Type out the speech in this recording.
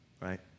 right